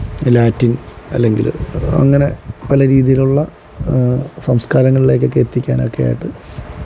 Latin അല്ലെങ്കില് അങ്ങനെ പല രീതിയിലുള്ള സംസ്കാരങ്ങളിലേക്കൊക്കെ എത്തിക്കാനൊക്കെ ആയിട്ട്